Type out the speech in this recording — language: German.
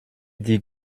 die